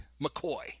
McCoy